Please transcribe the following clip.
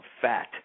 fat